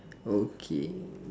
okay